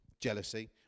Jealousy